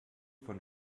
von